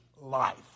life